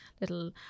little